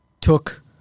took